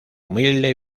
humilde